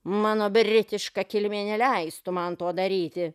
mano britiška kilmė neleistų man to daryti